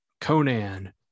Conan